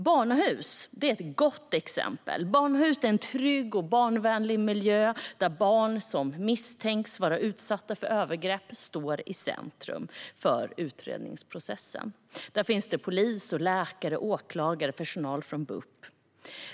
Barnahus är ett gott exempel. Barnahus är en trygg och barnvänlig miljö där barn som misstänks vara utsatta för övergrepp står i centrum för utredningsprocessen. Där finns det polis, läkare, åklagare och personal från BUP.